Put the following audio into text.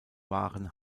waren